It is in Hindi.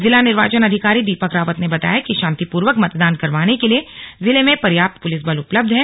जिला निर्वाचन अधिकारी दीपक रावत ने बताया कि शांतिपूर्वक मतदान करवाने के लिए जिले में पर्याप्त पुलिस बल उपलब्ध है